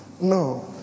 No